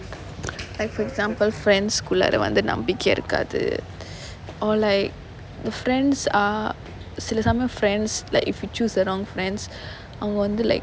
like for example friends குள்ளாற வந்து நம்பிக்கை இருக்காது:kullaara vanthu nambikkai irukkaathu or like the friends are சில சமயம்:sila samayam friends like if you choose the wrong friends I அவங்க வந்து:avanga vanthu like